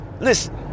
listen